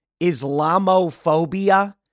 Islamophobia